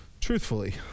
Truthfully